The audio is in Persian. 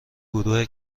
گروه